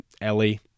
Ellie